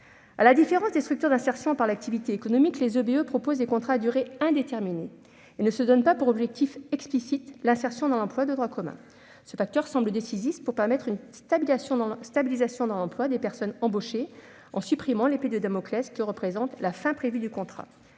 À la différence des structures d'insertion par l'activité économique, les entreprises à but d'emploi proposent des contrats à durée indéterminée et ne se donnent pas pour objectif explicite l'insertion dans l'emploi de droit commun. Ce facteur semble décisif pour permettre la stabilisation dans l'emploi des personnes embauchées, en supprimant l'épée de Damoclès que représente la fin prévue du contrat.